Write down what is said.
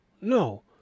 No